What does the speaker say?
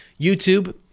YouTube